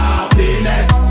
Happiness